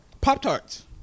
Pop-Tarts